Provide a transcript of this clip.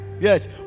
Yes